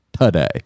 today